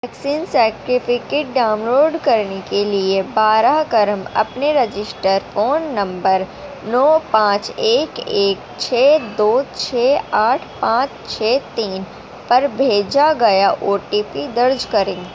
vaccine certificate download کرنے کے لیے بارئے کرم اپنے رجسٹر فون نمبر نو پانچ ایک ایک چھ دو چھ آٹھ پانچ چھ تین پر بھیجا گیا او ٹی پی درج کریں